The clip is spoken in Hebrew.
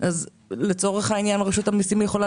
אז לצורך העניין רשות המסים יכולה